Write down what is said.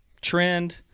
trend